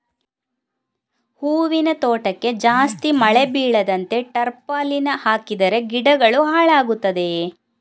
ಹೂವಿನ ತೋಟಕ್ಕೆ ಜಾಸ್ತಿ ಮಳೆ ಬೀಳದಂತೆ ಟಾರ್ಪಾಲಿನ್ ಹಾಕಿದರೆ ಗಿಡಗಳು ಹಾಳಾಗುತ್ತದೆಯಾ?